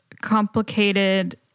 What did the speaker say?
complicated